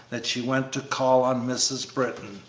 that she went to call on mrs. britton.